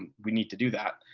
and we need to do that.